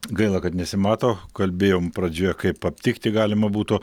gaila kad nesimato kalbėjom pradžioje kaip aptikti galima būtų